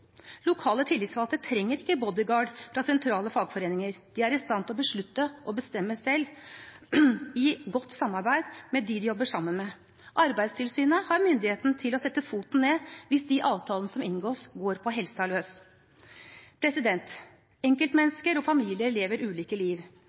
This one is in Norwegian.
Lokale tillitsvalgte trenger ikke «bodyguard» fra sentrale fagforeninger, de er i stand til å beslutte og bestemme selv, i godt samarbeid med dem de jobber sammen med. Arbeidstilsynet har myndigheten til å sette foten ned hvis de avtalene som inngås, går på helsen løs. Enkeltmennesker og familier lever ulike liv.